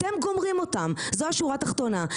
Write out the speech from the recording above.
אתם גומרים אותם זו השורה התחתונה.